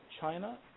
China